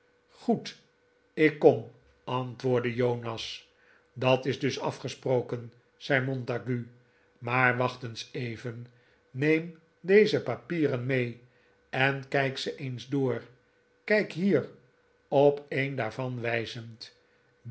goed ik kom antwoordde jonas dat is dus afgesproken zei montague maar wacht eens even neem deze papieren mee en kijk ze eens door kijk hier op een daarvan wijzend